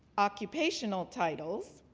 occupational titles,